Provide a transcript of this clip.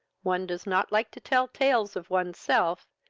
one does not like to tell tales of oneself,